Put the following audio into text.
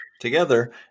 together